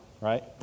right